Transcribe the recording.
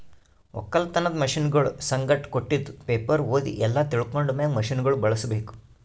ಒಕ್ಕಲತನದ್ ಮಷೀನಗೊಳ್ ಸಂಗಟ್ ಕೊಟ್ಟಿದ್ ಪೇಪರ್ ಓದಿ ಎಲ್ಲಾ ತಿಳ್ಕೊಂಡ ಮ್ಯಾಗ್ ಮಷೀನಗೊಳ್ ಬಳುಸ್ ಬೇಕು